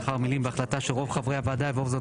לאחר המילים 'בהחלטה של רוב חברי הוועדה' יבוא 'וזאת